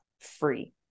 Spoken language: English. free